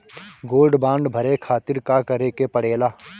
Gold bond भरे खातिर का करेके पड़ेला?